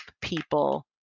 people